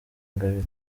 ingabire